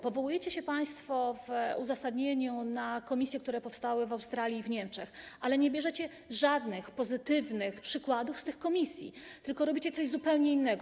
Powołujecie się państwo w uzasadnieniu na komisje, które powstały w Australii i w Niemczech, ale nie bierzecie żadnych pozytywnych przykładów z tych komisji, tylko robicie coś zupełnie innego.